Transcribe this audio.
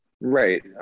right